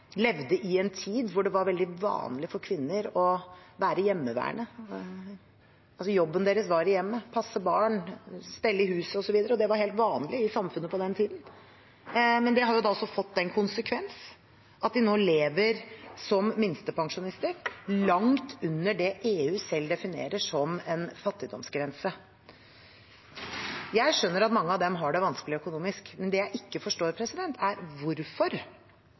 levde i en tid da det var veldig vanlig for kvinner å være hjemmeværende. Jobben deres var i hjemmet, med å passe barn, stelle i huset osv., og det var helt vanlig i samfunnet på den tiden. Men det har fått den konsekvensen at de nå lever som minstepensjonister, langt under det EU selv definerer som en fattigdomsgrense. Jeg skjønner at mange av dem har det vanskelig økonomisk, men det jeg ikke forstår, er hvorfor